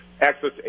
access